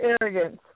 arrogance